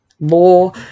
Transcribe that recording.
more